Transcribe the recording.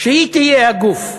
שהיא תהיה הגוף,